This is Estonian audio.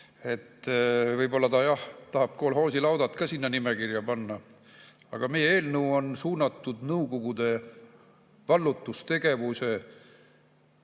Võib-olla ta, jah, tahab kolhoosilaudad ka sinna nimekirja panna. Aga meie eelnõu on suunatud Nõukogude vallutustegevusse